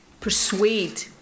persuade